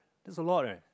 that's a lot leh